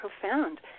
profound